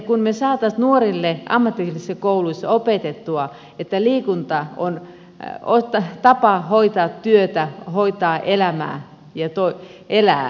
kunpa me saisimme nuorille ammatillisissa kouluissa opetettua että liikunta on tapa hoitaa työtä hoitaa elämää ja elää